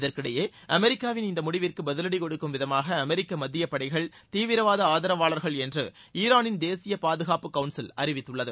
இதற்கிடையே அமெரிக்காவின் இந்த முடிவிற்கு பதிலடி கொடுக்கும் விதமாக அமெரிக்க மத்திய படைகள் தீவிரவாத ஆதரவாளர்கள் என்று ஈரானின் தேசிய பாதுகாப்பு கவுன்சில் அறிவித்துள்ளது